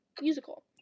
musical